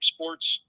Sports